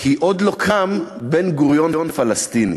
כי עוד לא קם בן-גוריון פלסטיני.